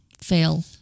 Fail